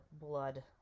blood